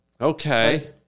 Okay